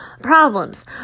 problems